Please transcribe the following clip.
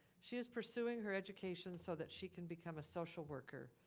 she is pursuing her education so that she can become a social worker.